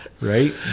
Right